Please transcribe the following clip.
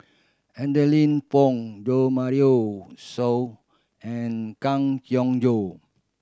Adeline Foo Jo Marion So and Kang Siong Joo